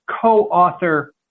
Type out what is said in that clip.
co-author